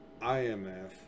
imf